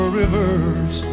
rivers